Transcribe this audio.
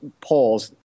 polls